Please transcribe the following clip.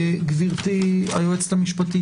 גברתי היועצת המשפטית,